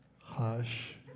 Hush